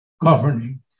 governing